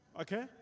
okay